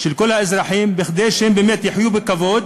של כל האזרחים, כדי שהם באמת יחיו בכבוד